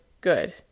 Good